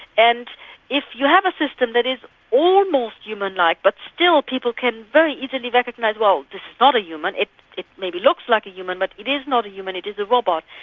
and if you have a system that is almost humanlike but still people can very easily recognise, well, this is not a human, it it maybe looks like a human but it is not a human, it is a robot,